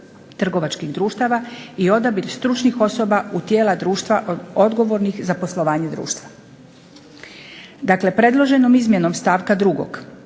trgovačkih društava i odabir stručnih osoba u tijela društva odgovornih za poslovanje društva. Dakle, predloženom izmjenom stavka 2.